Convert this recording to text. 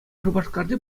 шупашкарти